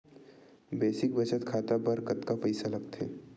Basic बचत खाता बर कतका पईसा लगथे?